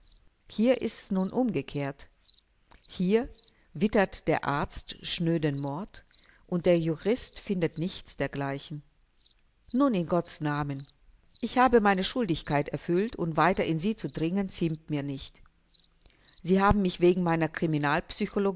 hier ist's nun umgekehrt hier wittert der arzt schnöden mord und der jurist findet nichts dergleichen nun in gottesnamen ich habe meine schuldigkeit erfüllt und weiter in sie zu dringen ziemt mir nicht sie haben mich wegen meiner